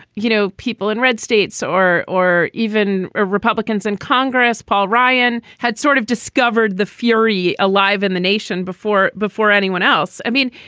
you know, people in red states or or even ah republicans in congress, paul ryan, had sort of discovered the fury alive in the nation before before anyone else. i mean,